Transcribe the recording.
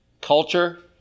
culture